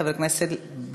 חברת הכנסת יעל גרמן,